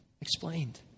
explained